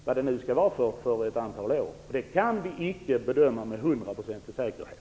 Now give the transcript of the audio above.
Hur många år det kommer att ta kan vi icke bedöma med hundraprocentig säkerhet.